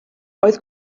oedd